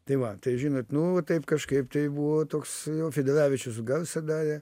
tai va tai žinot nu va taip kažkaip tai buvo toks jau federavičius garsą darė